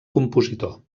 compositor